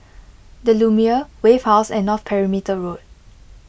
the Lumiere Wave House and North Perimeter Road